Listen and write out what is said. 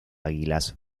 águilas